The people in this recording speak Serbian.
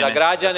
za građane.